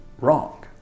Wrong